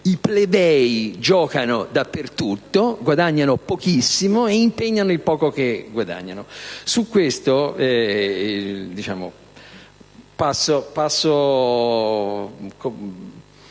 i plebei giocano dappertutto, guadagnano pochissimo e impegnano il poco che guadagnano. Su questo punto